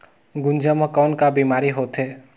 गुनजा मा कौन का बीमारी होथे?